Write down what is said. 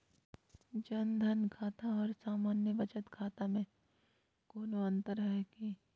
जन धन खाता और सामान्य बचत खाता में कोनो अंतर है की?